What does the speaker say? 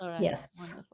Yes